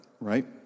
right